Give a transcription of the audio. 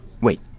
Wait